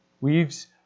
weaves